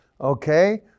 Okay